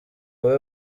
abe